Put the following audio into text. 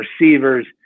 receivers